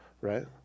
right